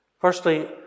Firstly